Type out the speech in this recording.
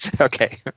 Okay